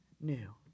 new